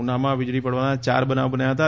ઉનામાં વીજળી પડવાના ચાર બનાવ બન્યા હતા